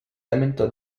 lamentò